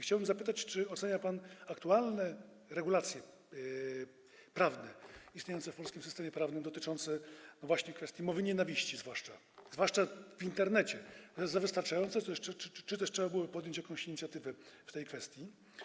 Chciałbym zapytać, czy ocenia pan aktualne regulacje prawne istniejące w polskim systemie prawnym, dotyczące właśnie kwestii mowy nienawiści, zwłaszcza w Internecie, jako wystarczające, czy też trzeba byłoby podjąć jakąś inicjatywę w tej kwestii.